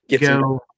go